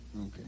okay